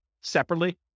separately